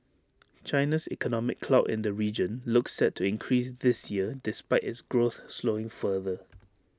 China's economic clout in the region looks set to increase this year despite its growth slowing further